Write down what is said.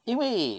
因为